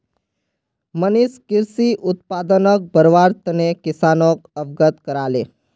मनीष कृषि उत्पादनक बढ़व्वार तने किसानोक अवगत कराले